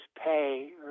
pay